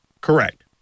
Correct